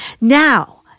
Now